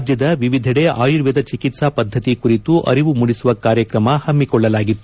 ರಾಜ್ಯದ ವಿವಿಧೆಡೆ ಆಯುರ್ವೇದ ಚಿಕಿತ್ಲಾ ಪದ್ದತಿ ಕುರಿತು ಅರಿವು ಮೂಡಿಸುವ ಕಾರ್ಯಕ್ರಮ ಪಮ್ಮಿಕೊಳ್ಳಲಾಗಿತ್ತು